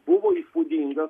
buvo įspūdingas